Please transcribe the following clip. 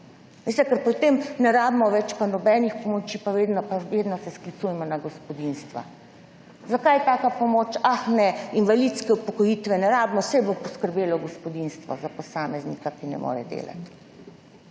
ker potem ne rabimo več pa nobenih pomoči, pa vedno se sklicujemo na gospodinjstva. Zakaj taka pomoč? Ah, ne, invalidske upokojitve ne rabimo, saj bo poskrbelo gospodinjstvo za posameznika, ki ne more delati.